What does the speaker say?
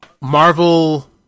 Marvel